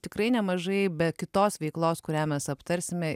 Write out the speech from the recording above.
tikrai nemažai be kitos veiklos kurią mes aptarsime